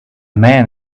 man